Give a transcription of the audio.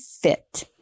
fit